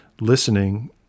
listening